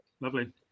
Lovely